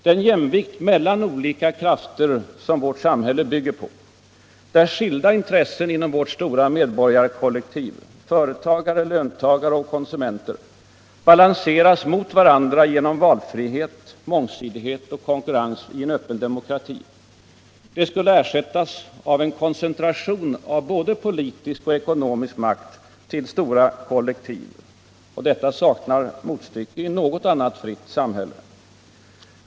Den jämvikt mellan olika krafter som vårt samhälle bygger på, där skilda intressen inom vårt stora medborgarkollektiv — företagare, löntagare och konsumenter — balanseras mot varandra genom valfrihet, mångsidighet och konkurrens i en öppen demokrati, skulle ersättas av en koncentration av både politisk och ekonomisk makt till stora kollektiv. Detta saknar motstycke i något annat fritt samhälle.